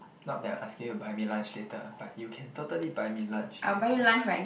not that I asking you buy me lunch later but you can totally buy me lunch later